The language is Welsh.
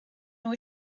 nhw